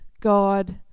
God